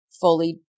fully